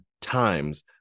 times